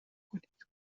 کنید